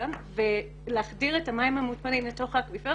לתוך האקוויפרים,